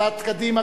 הצעת קדימה,